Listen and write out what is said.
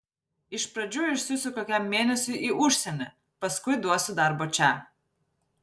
iš pradžių išsiųsiu kokiam mėnesiui į užsienį paskui duosiu darbo čia